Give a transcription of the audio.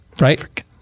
right